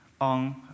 on